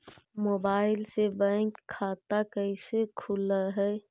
Mobile से bank खाता कैसे खुल है?